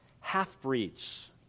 half-breeds